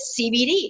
CBD